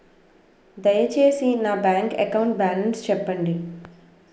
దయచేసి నా bank account balance చెప్పండి